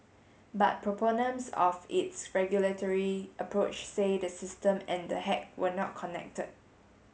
but proponents of its regulatory approach say the system and the hack were not connected